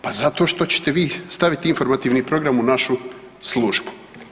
Pa zato što ćete vi staviti informativni program u našu službu.